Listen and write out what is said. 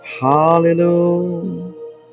hallelujah